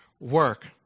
work